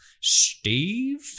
Steve